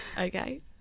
okay